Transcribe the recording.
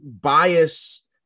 bias